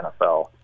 NFL